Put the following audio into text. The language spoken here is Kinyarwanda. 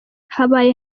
habaye